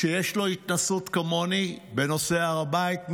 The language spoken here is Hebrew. שיש לו התנסות כמוני בנושא הר הבית,